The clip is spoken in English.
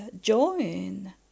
join